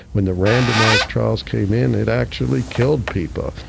when the randomised trials came in it actually killed people.